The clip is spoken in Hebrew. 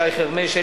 שי חרמש,